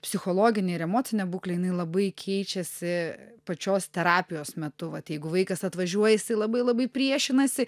psichologinė ir emocinė būklė jinai labai keičiasi pačios terapijos metu vat jeigu vaikas atvažiuoja jisai labai labai priešinasi